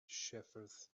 shepherds